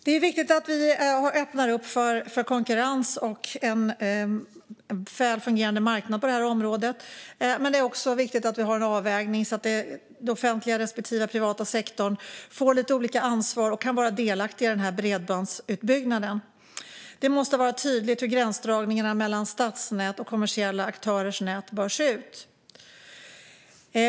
Det är viktigt att vi öppnar upp för konkurrens och en väl fungerande marknad på detta område, men det är också viktigt att vi har en avvägning så att det offentliga och den privata sektorn får lite olika ansvar och kan vara delaktiga i bredbandsutbyggnaden. Det måste vara tydligt hur gränsdragningarna mellan stadsnät och kommersiella aktörers nät bör se ut.